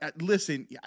Listen